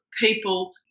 people